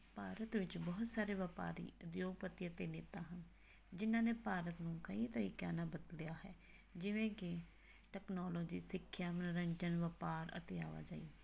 ਭਾਰਤ ਵਿੱਚ ਬਹੁਤ ਸਾਰੇ ਵਪਾਰੀ ਉਦਯੋਗਪਤੀ ਅਤੇ ਨੇਤਾ ਹਨ ਜਿਹਨਾਂ ਨੇ ਭਾਰਤ ਨੂੰ ਕਈ ਤਰੀਕਿਆਂ ਨਾਲ ਬਦਲਿਆ ਹੈ ਜਿਵੇਂ ਕਿ ਟੈਕਨੋਲੋਜੀ ਸਿੱਖਿਆ ਮਨੋਰੰਜਨ ਵਪਾਰ ਅਤੇ ਆਵਾਜਾਈ